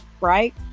right